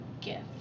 gift